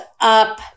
up